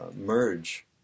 merge